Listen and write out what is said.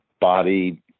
body